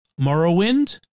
Morrowind